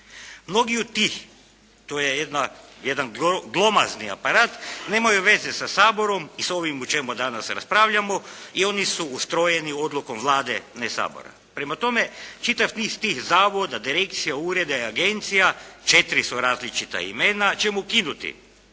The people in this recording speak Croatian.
Mnogi od tih, to je jedan glomazni aparat, nemaju veze sa Saborom i s ovim o čemu danas raspravljamo i oni su ustrojeni odlukom Vlade ne Sabora. Prema tome čitav niz tih zavoda, direkcija, ureda i agencija, četiri su različita imena, ćemo ukinuti.